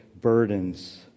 burdens